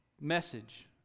message